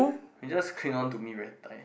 you'll just cling on to me very tight